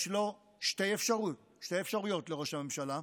יש לו שתי אפשרויות, לראש הממשלה: